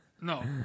No